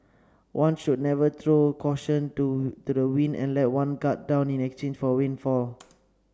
one should never throw caution to to the wind and let one guard down in exchange for a windfall